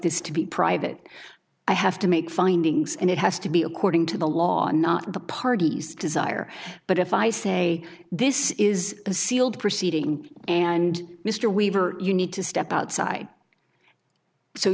this to be private i have to make findings and it has to be according to the law and not the party's desire but if i say this is a sealed proceeding and mr weaver you need to step outside so